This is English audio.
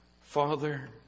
Father